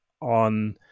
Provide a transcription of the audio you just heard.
on